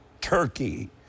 Turkey